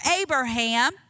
Abraham